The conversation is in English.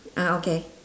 ya okay